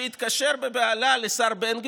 והוא התקשר בבהלה לשר בן גביר,